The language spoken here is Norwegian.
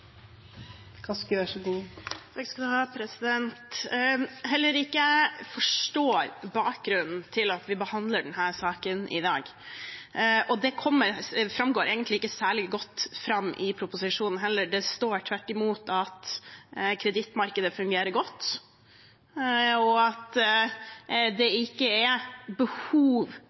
Heller ikke jeg forstår bakgrunnen for at vi behandler denne saken i dag. Og det går egentlig ikke særlig godt fram av proposisjonen heller, det står tvert imot at kredittmarkedet fungerer godt, og at det i så måte ikke er behov